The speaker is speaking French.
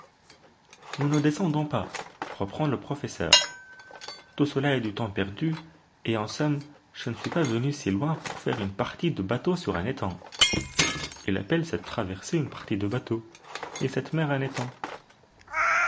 nous ne descendons pas reprend le professeur tout cela est du temps perdu et en somme je ne suis pas venu si loin pour faire une partie de bateau sur un étang il appelle cette traversée une partie de bateau et cette mer un étang